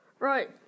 Right